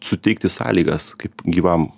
suteikti sąlygas kaip gyvam